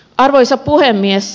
arvoisa puhemies